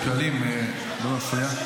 חבר הכנסת שקלים, לא להפריע.